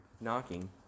knocking